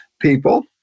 people